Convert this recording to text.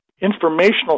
informational